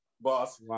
boss